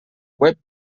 web